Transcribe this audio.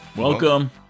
Welcome